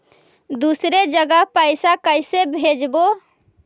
दुसरे जगह पैसा कैसे भेजबै?